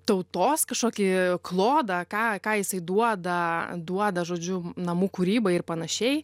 tautos kažkokį klodą ką ką jisai duoda duoda žodžiu namų kūrybai ir panašiai